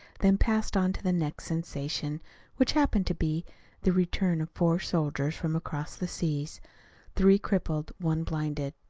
then passed on to the next sensation which happened to be the return of four soldiers from across the seas three crippled, one blinded.